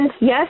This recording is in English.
yes